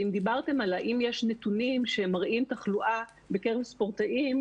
אם דיברתם על אם יש נתונים שמראים תחלואה בקרב ספורטאים,